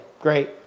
great